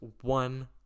one